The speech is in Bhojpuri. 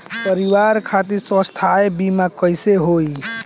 परिवार खातिर स्वास्थ्य बीमा कैसे होई?